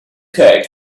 kite